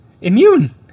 immune